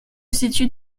situe